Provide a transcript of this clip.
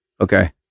Okay